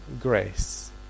grace